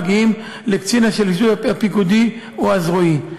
מגיעים לקצין השלישות הפיקודי או הזרועי.